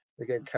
Again